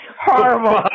Horrible